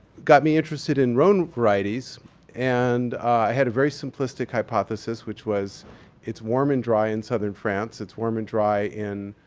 got me interested in rhone varieties and i had a very simplistic hypothesis, which was it's warm and dry in southern france. it's warm and dry in